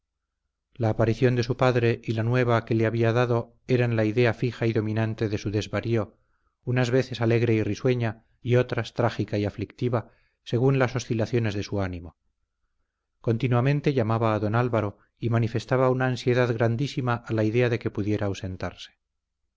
la aparición de su padre y la nueva que le había dado eran la idea fija y dominante de su desvarío unas veces alegre y risueña y otras trágica y aflictiva según las oscilaciones de su ánimo continuamente llamaba a don álvaro y manifestaba una ansiedad grandísima a la idea de que pudiera ausentarse